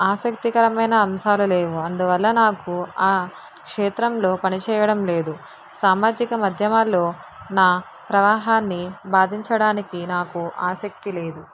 ఆసక్తికరమైన అంశాలు లేవు అందువల్ల నాకు ఆ క్షేత్రంలో పనిచేయడం లేదు సామాజిక మధ్యమాలు నా ప్రవాహాన్ని వాదించడానికి నాకు ఆసక్తి లేదు